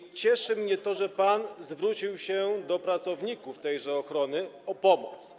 I cieszy mnie to, że pan zwrócił się do pracowników tejże ochrony o pomoc.